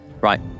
Right